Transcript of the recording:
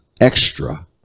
extra